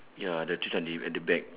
ya the tree trunk is at the back